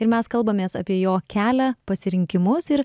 ir mes kalbamės apie jo kelią pasirinkimus ir